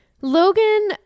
Logan